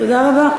תודה רבה.